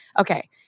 okay